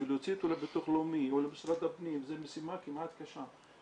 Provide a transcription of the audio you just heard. בשביל להוציא אותו לביטוח לאומי זו משימה כמעט קשה.